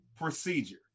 procedure